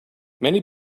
many